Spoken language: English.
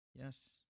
Yes